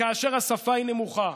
וכאשר השפה היא נמוכה,